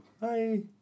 hi